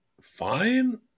fine